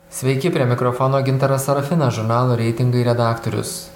sveiki prie mikrofono gintaras sarafinas žurnalo reitingai redaktorius